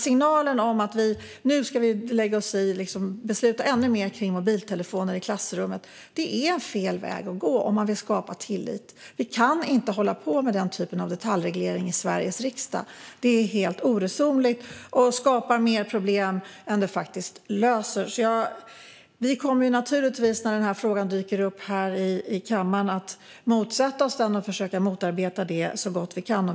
Signalen att vi nu ska besluta ännu mer kring mobiltelefoner i klassrummet är fel väg att gå om man vill skapa tillit. Vi kan inte hålla på med den typen av detaljreglering i Sveriges riksdag. Det är helt oresonligt och skapar fler problem än det löser. När det här förslaget dyker upp här i kammaren kommer vi naturligtvis att motsätta oss och försöka motarbeta det så gott vi kan.